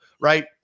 right